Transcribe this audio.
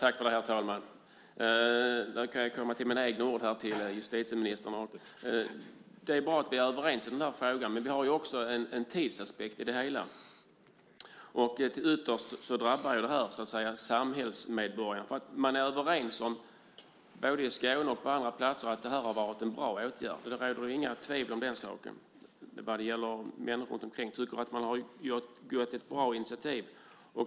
Herr talman! Jag kan komma med egna ord till justitieministern. Det är bra att vi är överens i den här frågan. Men det finns också en tidsaspekt i det hela. Ytterst drabbar det samhällsmedborgarna. Man är både i Skåne och på andra platser överens om att detta har varit en bra åtgärd. Det råder inga tvivel om den saken. Människor runt omkring tycker att man har tagit ett bra initiativ.